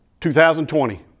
2020